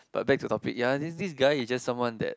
but back to topic ya this this guy is just someone that